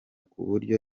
kuburyo